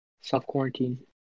self-quarantine